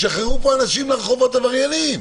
ישחררו פה לרחובות עבריינים.